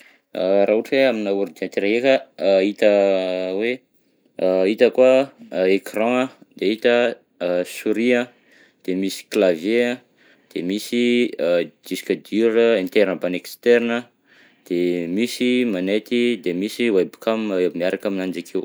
Raha ohatra hoe aminà ordinatera ndreka, hita hoe a hitako écran, de hita souris an, de misy clavier an, de misy a disque dur interne mbany externe an, de misy magnety de misy web cam miaraka aminanjy akeo.